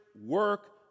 work